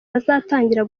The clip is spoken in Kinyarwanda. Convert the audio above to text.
bazatangira